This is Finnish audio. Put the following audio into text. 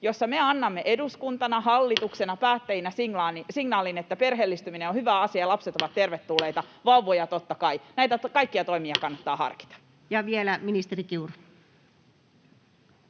joissa me annamme eduskuntana, hallituksena, päättäjinä signaalin, että perheellistyminen on hyvä asia ja lapset ovat tervetulleita — vauvoja totta kai — kannattaa harkita. Ja vielä ministeri Kiuru.